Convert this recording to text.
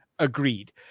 agreed